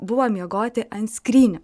buvo miegoti ant skrynių